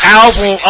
album